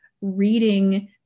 reading